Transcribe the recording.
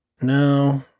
No